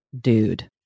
dude